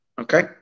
Okay